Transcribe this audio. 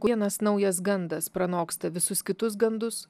vienas naujas gandas pranoksta visus kitus gandus